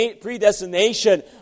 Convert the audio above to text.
predestination